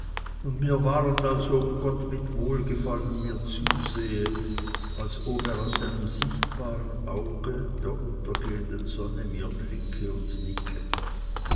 und mir ward als ob gott mit wohlgefallen mir zusehe als ob er aus seinem sichtbaren auge der untergehenden sonne mir blicke und nicke